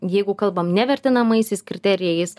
jeigu kalbam ne vertinamaisiais kriterijais